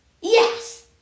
Yes